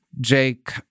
Jake